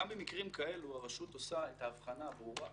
גם במקרים כאלה הרשות עושה את ההבחנה הברורה